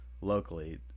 locally